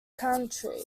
country